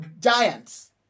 giants